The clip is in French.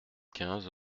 quinze